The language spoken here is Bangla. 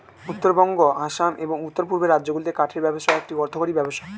উত্তরবঙ্গ, আসাম, এবং উওর পূর্বের রাজ্যগুলিতে কাঠের ব্যবসা একটা অর্থকরী ব্যবসা